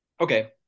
Okay